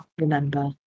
remember